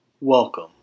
Welcome